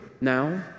now